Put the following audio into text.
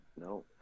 no